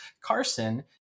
Carson